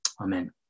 Amen